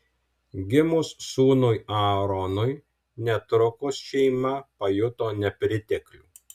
gimus sūnui aaronui netrukus šeima pajuto nepriteklių